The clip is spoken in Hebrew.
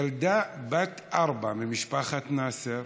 ילדה בת ארבע ממשפחת נאסר